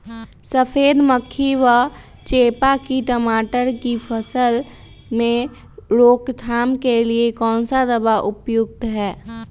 सफेद मक्खी व चेपा की टमाटर की फसल में रोकथाम के लिए कौन सा दवा उपयुक्त है?